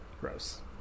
Gross